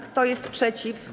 Kto jest przeciw?